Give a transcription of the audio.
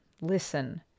Listen